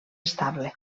estable